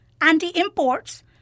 anti-imports